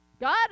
God